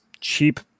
cheap